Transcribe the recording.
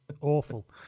awful